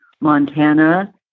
Montana